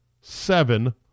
seven